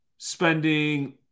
Spending